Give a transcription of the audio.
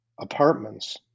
apartments